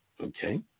Okay